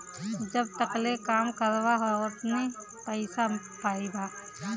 जब तकले काम करबा ओतने पइसा पइबा